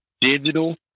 digital